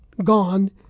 gone